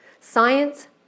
Science